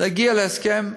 להגיע להסכם.